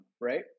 right